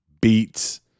beats